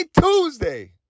Tuesday